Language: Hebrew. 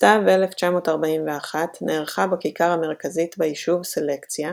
בסתיו 1941 נערכה בכיכר המרכזית ביישוב סלקציה,